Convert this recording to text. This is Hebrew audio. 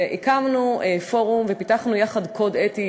והקמנו פורום ופיתחנו יחד קוד אתי,